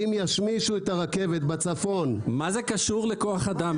אם ישמישו את הרכבת בצפון -- מה זה קשור לכוח אדם,